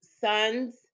sons